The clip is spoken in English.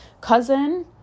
cousin